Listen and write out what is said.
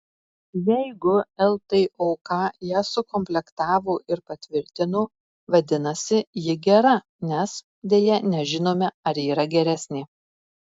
jeigu ltok ją sukomplektavo ir patvirtino vadinasi ji gera nes deja nežinome ar yra geresnė